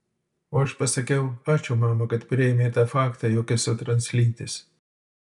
o aš pasakiau ačiū mama kad priėmei tą faktą jog esu translytis